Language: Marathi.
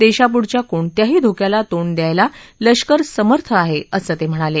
देशापुढच्या कोणत्याही धोक्याला तोंड द्यायला लष्कर समर्थ आहे असं ते म्हणाले